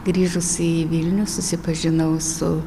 grįžus į vilnių susipažinau su